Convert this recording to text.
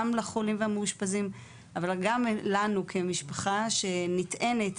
גם לחולים והמאושפזים, אבל גם לנו כמשפחה שנטענת